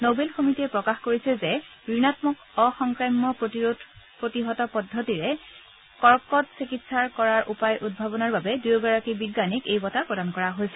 novel সমিটিয়ে প্ৰকাশ কৰিছে যে ঋণাম্মক অসংক্ৰাম্য প্ৰতিৰোধ প্ৰতিহত পদ্ধতিৰে কৰ্কটৰ চিকিৎসা কৰাৰ উপায় উদ্ভাৱণৰ বাবে দুয়োগৰাকী বিজ্ঞানীক এই বঁটা প্ৰদান কৰা হৈছে